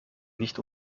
nicht